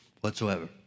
whatsoever